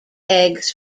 eggs